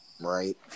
right